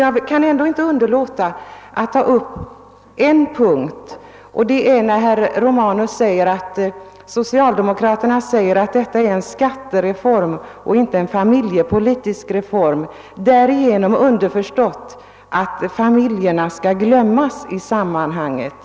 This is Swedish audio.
Jag kan ändå inte underlåta att beröra en punkt, nämligen herr Romanus uttalande att socialdemokraterna skulle anföra att detta är en skattereform och inte en familjepolitisk reform, underförstått att familjerna skall glömmas bort i sammanhanget.